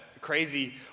crazy